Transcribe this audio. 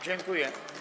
Dziękuję.